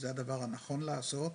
זה הדבר הנכון לעשות.